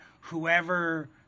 Whoever